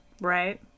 Right